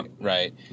right